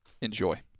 enjoy